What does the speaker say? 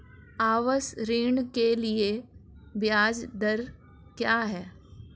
आवास ऋण के लिए ब्याज दर क्या हैं?